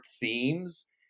themes